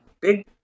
Big